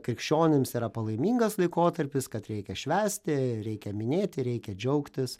krikščionims yra palaimingas laikotarpis kad reikia švęsti reikia minėti reikia džiaugtis